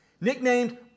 Nicknamed